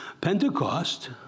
Pentecost